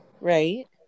right